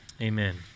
amen